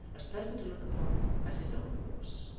as pleasant to look upon as his own horse,